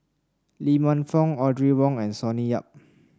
Lee Man Fong Audrey Wong and Sonny Yap